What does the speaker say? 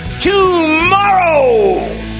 tomorrow